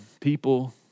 People